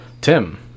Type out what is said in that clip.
Tim